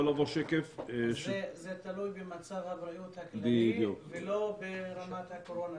זה תלוי במצב הבריאות הכללי ולא ברמת הקורונה?